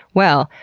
well,